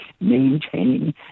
maintain